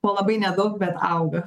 po labai nedaug bet auga